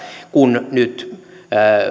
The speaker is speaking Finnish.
kun nyt